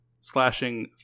slashing